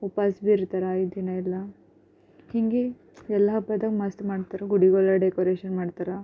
ಉಪಾವಾಸಿರ್ತಾರ ಐದಿನ ಎಲ್ಲ ಹೀಗೆ ಎಲ್ಲ ಹಬ್ಬದಾಗ ಮಸ್ತ್ ಮಾಡ್ತಾರೆ ಗುಡಿಗಳ ಡೆಕೋರೇಷನ್ ಮಾಡ್ತಾರೆ